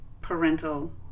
parental